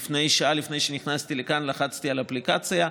שעה לפני שנכנסתי לכאן לחצתי על האפליקציה,